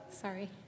Sorry